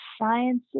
Sciences